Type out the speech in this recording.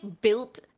built